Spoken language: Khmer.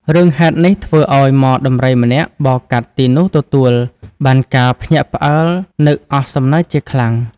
រឿងហេតុនេះធ្វើឱ្យហ្មដំរីម្នាក់បរកាត់ទីនោះទទួល បានការភ្ញាក់ផ្អើលនឹកអស់សំណើចជាខ្លាំង។